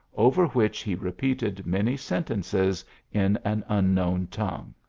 over which he repeated many sen tences in an unknown tongue.